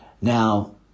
Now